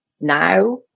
now